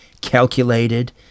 calculated